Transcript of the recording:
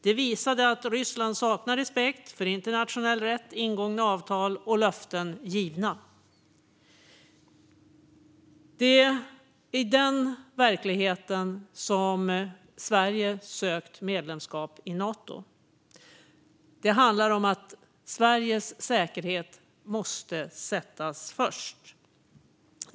Det visade att Ryssland saknar respekt för internationell rätt, ingångna avtal och givna löften. Det är i denna verklighet som Sverige sökt medlemskap i Nato. Det handlar om att Sveriges säkerhet måste sättas först.